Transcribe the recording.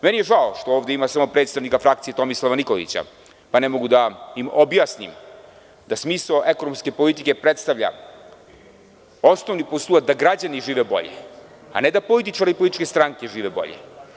Žao mi je što ovde ima samo predstavnika frakcije Tomislava Nikolića, pa ne mogu da im objasnim da smisao ekonomske politike predstavlja osnovnik uslova da građani žive bolje, a ne da političari i političke stranke žive bolje.